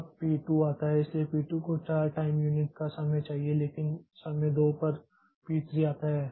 अब पी 2 आता है इसलिए पी 2 को 4 टाइम यूनिट का समय चाहिए लेकिन समय 2 पर पी 3 आता है